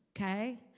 okay